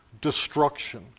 destruction